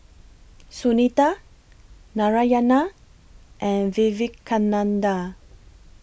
Sunita Narayana and Vivekananda